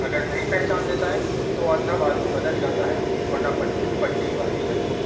اگر صحیح پہچان لیتا ہے تو وہ اندھا بھالو بدل جاتا ہے ورنہ پٹ پٹی بندھی رہتی ہے